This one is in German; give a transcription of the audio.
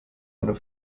einer